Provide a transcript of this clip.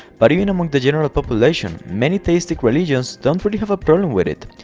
but even among the general population many theistic religions don't really have a problem with it,